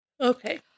Okay